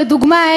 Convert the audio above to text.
לדוגמה,